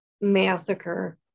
massacre